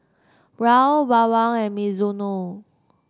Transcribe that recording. Raoul Bawang and Mizuno